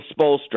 Spolstra